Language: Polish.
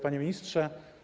Panie Ministrze!